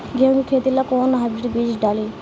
गेहूं के खेती ला कोवन हाइब्रिड बीज डाली?